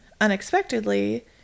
unexpectedly